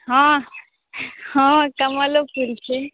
हँ हँ कमलो फूल छै